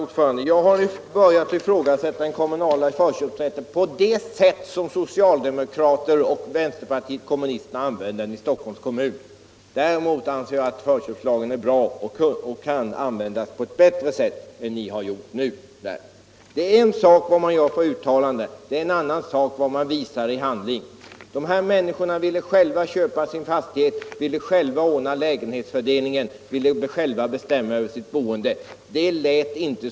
Herr talman! Jag har börjat ifrågasätta den kommunala förköpsrätten från den utgångspunkt som socialdemokraterna och vpk har för den i Stockholms kommun. Däremot anser jag att förköpslagen är bra, men den kan användas på ett bättre sätt än vad ni har gjort nu. Det är en sak vad man säger och en annan sak vad man visar i handling. De här människorna ville själva köpa sin fastighet och ville själva ordna lägenhetsfördelningen och själva bestämma över sitt boende.